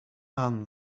ann